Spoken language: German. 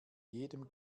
jedem